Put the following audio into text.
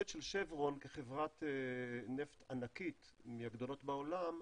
'שברון' כחברת נפט ענקית, מהגדולות בעולם,